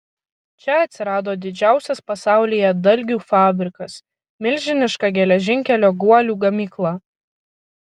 čia atsirado didžiausias pasaulyje dalgių fabrikas milžiniška geležinkelio guolių gamykla